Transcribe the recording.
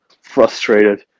frustrated